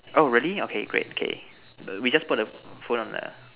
oh really okay great K err we just put the phone on the